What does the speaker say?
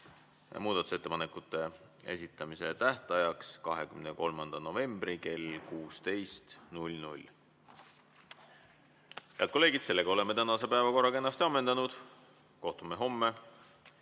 muudatusettepanekute esitamise tähtajaks 23. novembri kell 16. Head kolleegid, oleme tänase päevakorra kenasti ammendanud. Kohtume homme